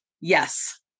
yes